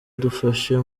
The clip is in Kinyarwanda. dufasha